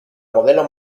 modelo